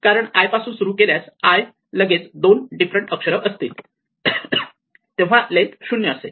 कारण i पासून सुरू केल्यास लगेच दोन डिफरंट अक्षरे असतील तेव्हा लेन्थ 0 असेल